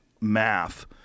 math